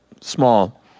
small